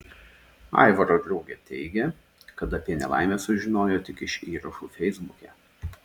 aivaro draugė teigia kad apie nelaimę sužinojo tik iš įrašų feisbuke